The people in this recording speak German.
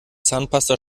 zahnpasta